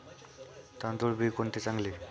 तांदूळ बी कोणते चांगले?